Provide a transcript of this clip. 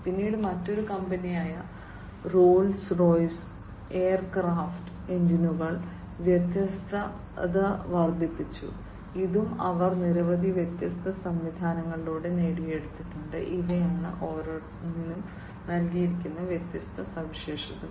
പിന്നീട് മറ്റൊരു കമ്പനിയായ റോൾസ് റോയ്സ് എയർക്രാഫ്റ്റ് എഞ്ചിനുകളിൽ വിശ്വാസ്യത വർദ്ധിപ്പിച്ചു ഇതും അവർ നിരവധി വ്യത്യസ്ത സംവിധാനങ്ങളിലൂടെ നേടിയെടുത്തിട്ടുണ്ട് ഇവയാണ് ഓരോന്നിനും നൽകിയിരിക്കുന്ന വ്യത്യസ്ത സവിശേഷതകൾ